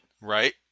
Right